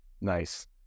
Nice